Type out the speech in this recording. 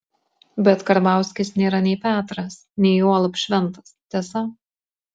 bet karbauskis nėra nei petras nei juolab šventas tiesa